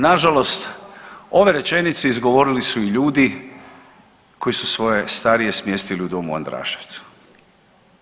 Nažalost, ove rečenice izgovorili su ljudi koji su svoje starije smjestili u Dom u Andraševcu.